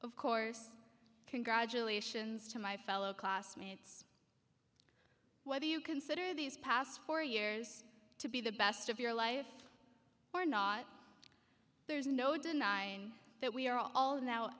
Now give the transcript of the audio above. of course congratulations to my fellow classmates whether you consider these past four years to be the best of your life or not there is no denying that we are all now